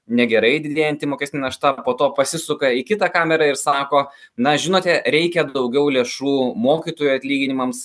negerai didėjanti mokestinė našta po to pasisuka į kitą kamerą ir sako na žinote reikia daugiau lėšų mokytojų atlyginimams